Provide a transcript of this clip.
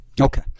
Okay